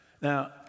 Now